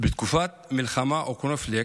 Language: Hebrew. בתקופת מלחמה או קונפליקט,